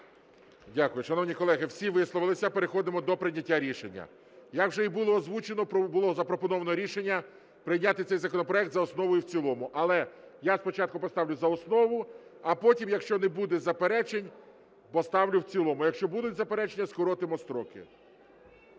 Дякую. Шановні колеги, всі висловилися, переходимо до прийняття рішення. Як вже і було озвучено, було запропоновано рішення прийняти цей законопроект за основу і в цілому. Але я спочатку поставлю за основу, а потім, якщо не буде заперечень, поставлю в цілому, якщо будуть заперечення – скоротимо строки.